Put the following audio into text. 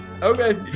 Okay